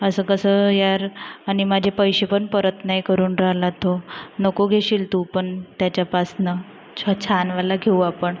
असं कसं यार आणि माझे पैसे पण परत नाही करून राह्यला तो नको घेशील तू पण त्याच्यापासून छ छानवाला घेऊ आपण